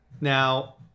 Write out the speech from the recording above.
Now